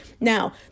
Now